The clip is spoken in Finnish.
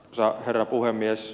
arvoisa herra puhemies